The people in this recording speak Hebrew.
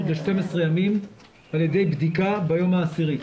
ל-12 ימים על ידי בדיקה ביום העשירי.